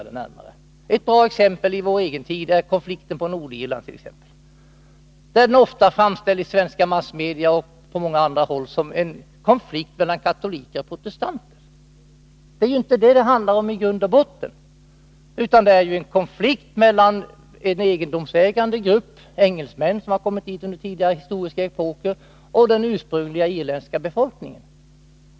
Ett bra exempel i vår egen tid är konflikten på Nordirland. Den har ofta framställts i svenska massmedia och på andra håll som en konflikt mellan katoliker och protestanter. Det är inte vad det handlar om i grund och botten, utan det är en konflikt mellan en egendomsägande grupp — engelsmän som kommit dit under tidigare historiska epoker — och den ursprungliga irländska befolkningen.